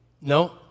No